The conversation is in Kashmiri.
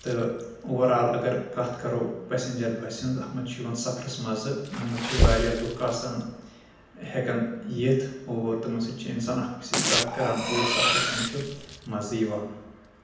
تہٕ اووَر آل اگر کتھ کرو پیسنجر بسہِ ہِنٛز اتھ منٛز چھ یِوان سفرس مزٕ اتھ منٛز چھِ واریاہ لُکھ آسان ہٮ۪کان یِتھ اور تٔمن سۭتۍ چھُ اِنسان اکھ أکِس سۭتۍ کتھ کران اور سفرس منٛز چھُ مزٕ یِوان